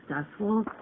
successful